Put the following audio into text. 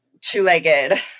two-legged